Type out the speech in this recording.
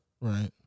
Right